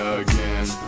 again